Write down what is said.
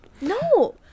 No